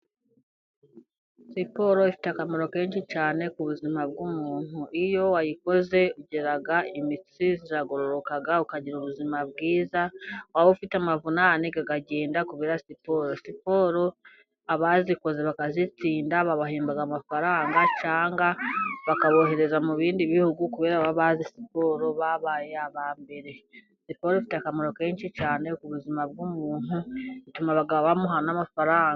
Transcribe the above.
Siporo ifite akamaro kenshi cyane ku buzima bw'umuntu, iyo wayikoze ugera imitsi zaragororoka ukagira ubuzima bwiza, waba aho ufite amavunane aragenda kubera siporo. Siporo abazikoze bakazitsinda babahemba amafaranga cyangwa bakabohereza mu bindi bihugu kubera bazi siporo babaye aba mbere, siporo ifite akamaro kenshi cyane ku buzima bw'umunt ituma bamuha n'amafaranga.